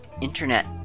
internet